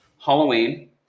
Halloween